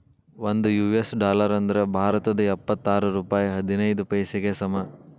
ಒಂದ್ US dollar ಅಂದ್ರ ಭಾರತದ್ ಎಪ್ಪತ್ತಾರ ರೂಪಾಯ್ ಹದಿನೈದ್ ಪೈಸೆಗೆ ಸಮ